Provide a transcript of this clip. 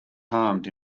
harmed